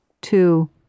two